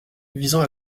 visant